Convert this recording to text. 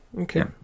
okay